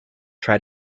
try